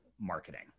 marketing